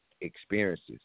experiences